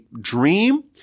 dream